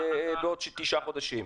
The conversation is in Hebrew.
בעוד תשעה חודשים.